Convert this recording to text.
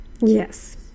Yes